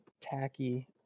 tacky